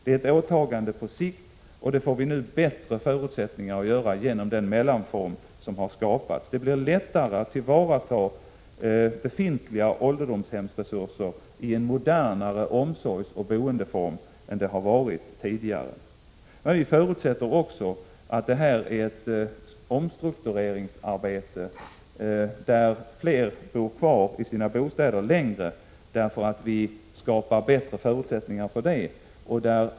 Det är ett åtagande på sikt, och vi får nu bättre förutsättningar för detta arbete genom den mellanform som skapats. Det blir lättare att tillvarata befintliga ålderdomshemsresurser i en modernare omsorgsoch boendeform än det har varit tidigare. Men vi förutsätter också att detta är ett omstruktureringsarbete som gör det möjligt för fler att bo kvar i sina bostäder längre. Vi skapar bättre förutsättningar härför.